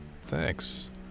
Thanks